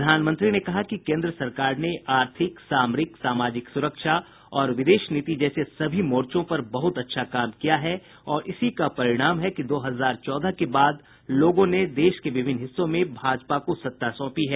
प्रधानमंत्री ने कहा कि केन्द्र सरकार ने आर्थिक सामरिक सामाजिक सुरक्षा और विदेश नीति जैसे सभी मोर्चों पर बहुत अच्छा काम किया है और इसी का परिणाम है कि दो हजार चौदह के बाद जनता ने देश के विभिन्न हिस्सों में भाजपा को सत्ता सोंपी है